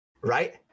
Right